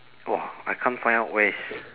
!wah! I can't find out where is